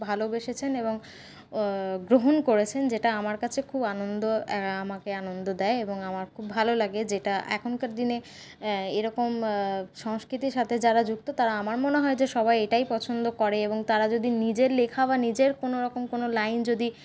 ভালোবেসেছেন এবং গ্রহণ করেছেন যেটা আমার কাছে খুব আনন্দ আমাকে আনন্দ দেয় এবং আমার খুব ভালো লাগে যেটা এখনকার দিনে এরকম সংস্কৃতির সাথে যারা যুক্ত তারা আমার মনে হয় যে সবাই এটাই পছন্দ করে এবং তারা যদি নিজের লেখা বা নিজের কোনোরকম কোন লাইন যদি